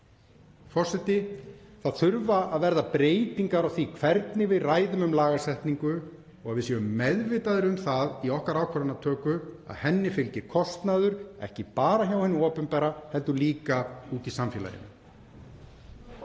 Forseti. Það þurfa að verða breytingar á því hvernig við ræðum um lagasetningu og að við séum meðvitaðri um það í okkar ákvarðanatöku að henni fylgir kostnaður, ekki bara hjá hinu opinbera heldur líka úti í samfélaginu.